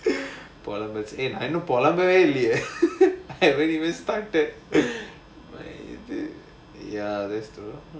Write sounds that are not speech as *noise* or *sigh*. eh I know polar bear *laughs* like when you start at ya that's true